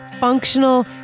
functional